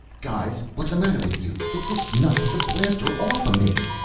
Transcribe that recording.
guys what's the matter with you? get this nut with the blaster offa me.